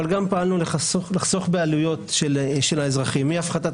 אבל גם פעלנו כדי לחסוך בעלויות של האזרחים: מהפחתת